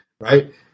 Right